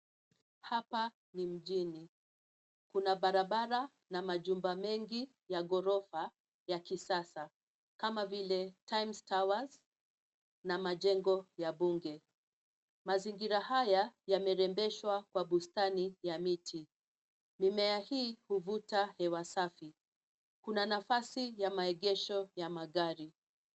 Hapa ni mjini, kuna barabara na majumba mengi, ya ghorofa, ya kisasa, kama vile Times Towers , na majengo ya Bunge, mazingira haya, yamerembeshwa kwa bustani ya miti, mimea hii huvuta hewa safi, kuna nafasi ya megesho ya magari.